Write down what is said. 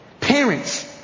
Parents